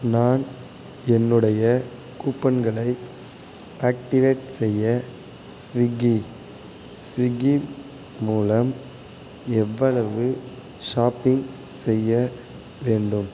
நான் என்னுடைய கூப்பன்களை ஆக்டிவேட் செய்ய ஸ்விக்கி ஸ்விக்கி மூலம் எவ்வளவு ஷாப்பிங் செய்ய வேண்டும்